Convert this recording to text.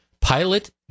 pilot